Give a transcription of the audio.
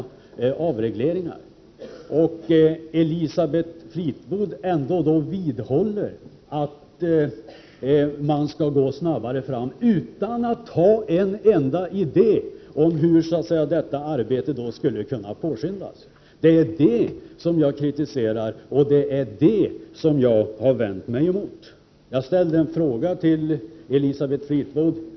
Jag har ju redovisat att den nuvarande regeringen har lagt ned stor möda och omfattande arbete på att åstadkomma avregleringar. Det är vad jag kritiserar och vänder mig emot. Jag ställde en fråga till Elisabeth Fleetwood.